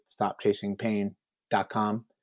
stopchasingpain.com